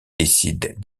décide